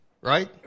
right